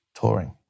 touring